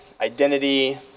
identity